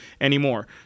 anymore